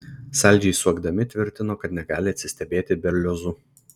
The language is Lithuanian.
saldžiai suokdami tvirtino kad negali atsistebėti berliozu